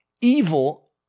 evil